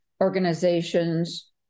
organizations